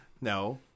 No